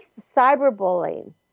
cyberbullying